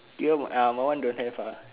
you uh my one don't have ah